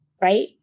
right